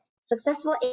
successful